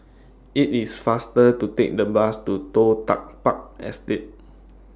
IT IS faster to Take The Bus to Toh Tuck Park Estate